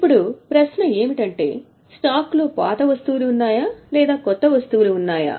ఇప్పుడు ప్రశ్న ఏమిటంటే స్టాక్ లో పాత వస్తువులు ఉన్నాయా లేదా క్రొత్త వస్తువులు ఉన్నాయా